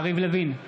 יריב לוין,